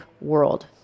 world